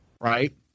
right